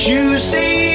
Tuesday